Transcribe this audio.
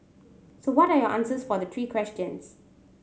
so what are your answers for the three questions